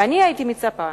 ואני הייתי מצפה